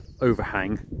overhang